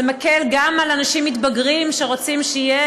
זה גם מקל על אנשים מתבגרים שרוצים שתהיה